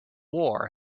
war